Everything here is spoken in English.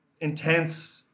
intense